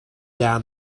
down